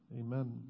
Amen